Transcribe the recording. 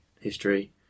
History